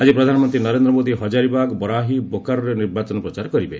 ଆଜି ପ୍ରଧାନମନ୍ତ୍ରୀ ନରେନ୍ଦ୍ର ମୋଦି ହଜାରୀବାଗ୍ ବରାହୀ ଓ ବୋକାରୋରେ ନିର୍ବାଚନ ପ୍ରଚାର କରିବେ